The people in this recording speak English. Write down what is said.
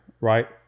right